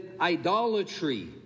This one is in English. idolatry